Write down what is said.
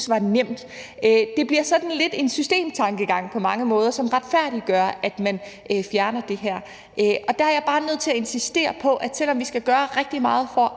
var nemt. Det bliver sådan lidt en systemtankegang på mange måder, som retfærdiggør, at man fjerner det her. Og der er jeg bare nødt til at insistere på, at selv om vi skal gøre rigtig meget for